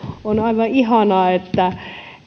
on on aivan ihanaa että